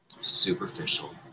superficial